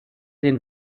den